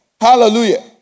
Hallelujah